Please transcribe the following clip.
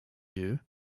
you